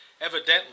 evidently